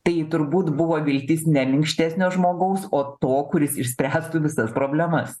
tai turbūt buvo viltis ne minkštesnio žmogaus o to kuris išspręstų visas problemas